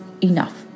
enough